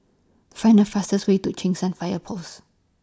Find The fastest Way to Cheng San Fire Post